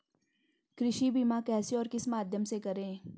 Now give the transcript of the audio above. कृषि बीमा कैसे और किस माध्यम से करें?